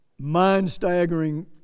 mind-staggering